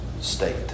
state